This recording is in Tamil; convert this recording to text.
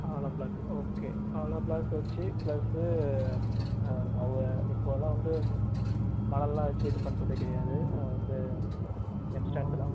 ஆலோ பிளாக் ஓகே ஆலோ பிளாக் வச்சு பிளஸ்ஸு இப்போலாம் வந்து மணல்லாம் வச்சு இது பண்ணுறது கிடையாது வந்து எம்சேண்டு தான்